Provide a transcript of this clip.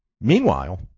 Meanwhile